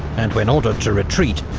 and when ordered to retreat,